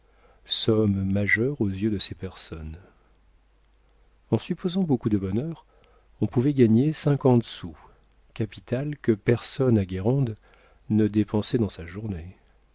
somme majeure aux yeux de ces personnes en supposant beaucoup de bonheur on pouvait gagner cinquante sous capital que personne à guérande ne dépensait dans sa journée